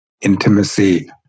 Intimacy